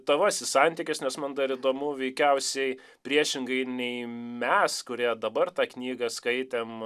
tavasis santykis nes man dar įdomu veikiausiai priešingai nei mes kurie dabar tą knygą skaitėme